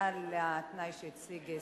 חבר הכנסת אלכס מילר נענה לתנאי שהציג שר